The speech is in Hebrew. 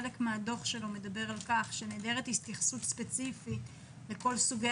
חלק מהדוח שלו מדבר על כך שנעדרת התייחסות ספציפית לכל סוגי